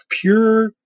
pure